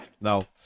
no